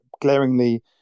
glaringly